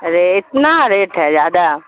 ارے اتنا ریٹ ہے زیادہ